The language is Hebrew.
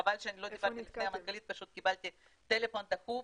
חבל שלא --- לפני המנכ"לית פשוט קיבלתי טלפון דחוף,